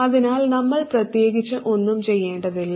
അതിനാൽ നമ്മൾ പ്രത്യേകിച്ച് ഒന്നും ചെയ്യേണ്ടതില്ല